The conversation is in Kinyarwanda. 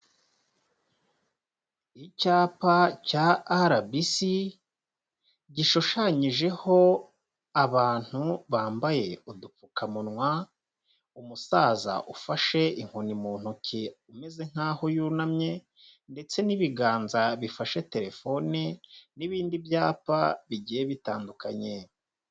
Icyapa cya RBC, gishushanyijeho abantu bambaye udupfukamunwa, umusaza ufashe inkoni mu ntoki umeze nkaho yunamye, ndetse n'ibiganza bifashe telefone, n'ibindi byapa bigiye bitandukanye.